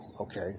okay